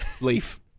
leaf